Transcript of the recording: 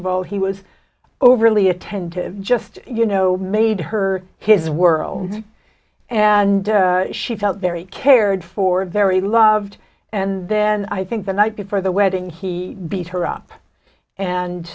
of all he was overly attentive just you know made her his world and she felt very cared for very loved and then i think the night before the wedding he beat her up and